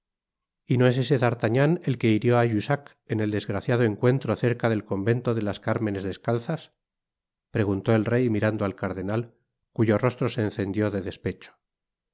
y no es este dartagnan el que hirió á jussac en el desgraciado encuentro cerca del convento de las cármenes descalzas preguntó el rey mirando al cardenal cuyo rostro se encendió de despecho y